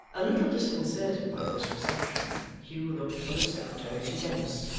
a little disconcerted by this reception, hugh looked from the secretary to dennis,